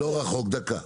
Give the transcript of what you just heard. דקה.